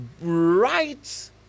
right